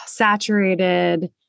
Saturated